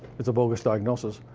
it's a bogus diagnosis.